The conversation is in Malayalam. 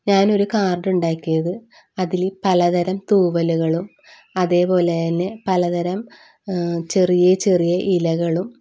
ഞാനൊരു കാർഡ് ഉണ്ടാക്കിയത് അതിൽ പലതരം തൂവലുകളും അതേപോലെത്തന്നെ പലതരം ചെറിയ ചെറിയ ഇലകളും